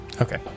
Okay